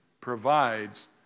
provides